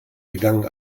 begangen